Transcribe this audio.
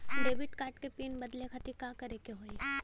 Debit card क pin बदले खातिर का करेके होई?